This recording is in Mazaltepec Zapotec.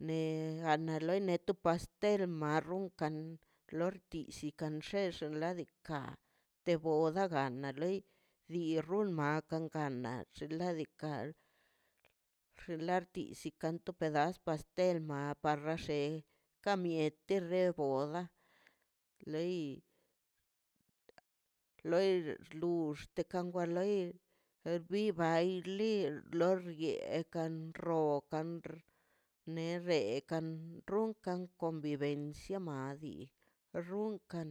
Ne awa to pastel marron lor tiki kan xexo ladika te boda gana loi dii man rukan kan xinladika xinlatika nox to pedas pastel awa xe ka mieti re te boda loi loi xgu xtekan do loi bibay li lor yeekan rokanr nerrekan runkan convivencia madi runkan